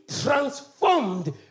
transformed